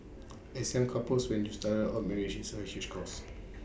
as young couples when you started out marriage is A huge cost